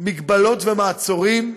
מגבלות ומעצורים,